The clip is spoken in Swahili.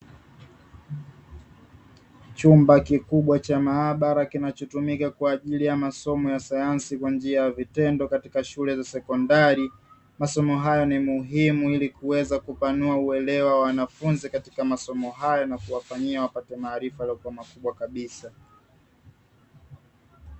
Chumba kikubwa cha maabara, kinachotumika kwa ajili ya masomo ya sayansi kwa njia ya vitendo, katika shule za sekondari. Masomo hayo ni muhimu ili kuweza kupanua uelewa wa wanafunzi katika masomo hayo na kuwafanyia wapate maarifa yaliyokuwa makubwa kabisa.